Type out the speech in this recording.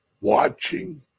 watching